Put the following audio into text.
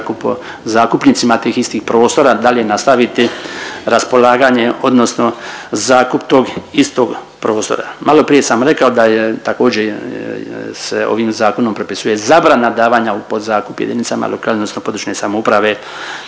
zakupnicima tih istih prostora dalje nastaviti raspolaganje odnosno zakup tog istog prostora. Maloprije sam rekao da se također ovim zakonom propisuje zabrana davanja u podzakup jedinicama lokalne odnosno područne samouprave